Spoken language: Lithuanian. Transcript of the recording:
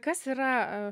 kas yra